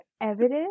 evidence